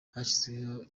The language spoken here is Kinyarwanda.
hashyizweho